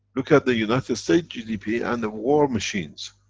look at the united states gdp and the war machines,